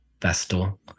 Vestal